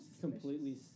completely